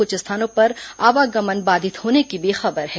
कुछ स्थानों पर आवागमन बाधित होने की भी खबर है